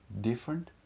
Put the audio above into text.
different